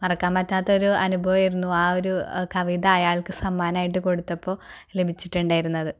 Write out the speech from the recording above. മറക്കാൻ പറ്റാത്ത ഒരു അനുഭവായിരുന്നു ആ ഒരു കവിത അയാൾക്ക് സമ്മാനമായിട്ട് കൊടുത്തപ്പോൾ ലഭിച്ചിട്ടുണ്ടായിരുന്നത്